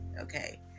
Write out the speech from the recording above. okay